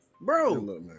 Bro